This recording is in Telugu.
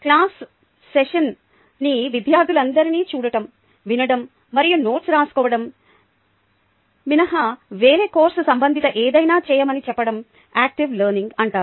క్లాస్ సెషన్లోని విద్యార్థులందరినీ చూడటం వినడం మరియు నోట్స్ రాస్కోవడం మినహా వేరే కోర్సు సంబంధిత ఏదైనా చేయమని చెప్పడం యాక్టివ్ లెర్నింగ్ అంటారు